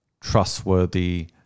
trustworthy